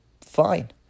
fine